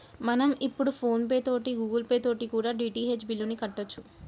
మనం ఇప్పుడు PhonePe తోటి గూగుల్ పే తోటి కూడా డి.టి.హెచ్ బిల్లుని కట్టొచ్చు